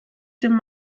dem